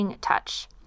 touch